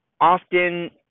often